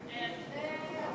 התשע"ג 2013,